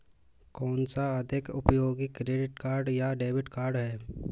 कौनसा अधिक उपयोगी क्रेडिट कार्ड या डेबिट कार्ड है?